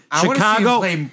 Chicago